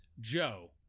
Joe